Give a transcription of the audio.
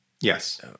Yes